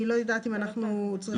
אני לא יודעת אם אנחנו צריכים אותן.